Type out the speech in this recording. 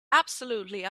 absolutely